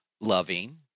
loving